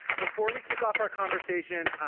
before we kick off our conversation,